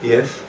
Yes